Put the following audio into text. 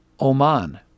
Oman